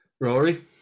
Rory